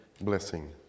blessing